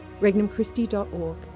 Regnumchristi.org